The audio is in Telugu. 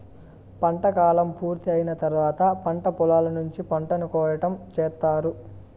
పంట కాలం పూర్తి అయిన తర్వాత పంట పొలాల నుంచి పంటను కోయటం చేత్తారు